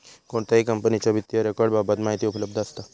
कोणत्याही कंपनीच्या वित्तीय रेकॉर्ड बाबत माहिती उपलब्ध असता